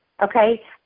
Okay